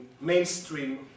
mainstream